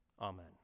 amen